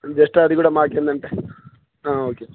just అది కూడా మాకేందంటే ఓకే